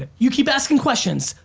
and you keep asking questions,